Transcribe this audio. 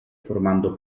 formando